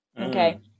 okay